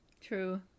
true